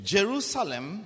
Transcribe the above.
Jerusalem